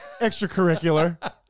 extracurricular